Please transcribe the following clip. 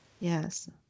Yes